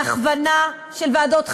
להכוונה של ועדות חלשות,